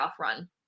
run